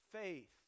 faith